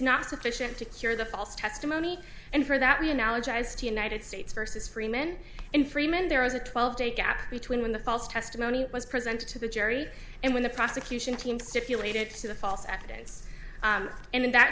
not sufficient to cure the false testimony and for that be analogized united states versus freeman in freeman there was a twelve day gap between when the false testimony was presented to the jury and when the prosecution team stipulated to the false evidence and in that